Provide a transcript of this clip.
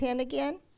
again